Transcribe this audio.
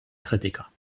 kritiker